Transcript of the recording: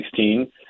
2016